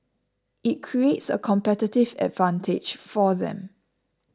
it creates a competitive advantage for them